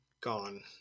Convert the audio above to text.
gone